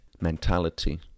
mentality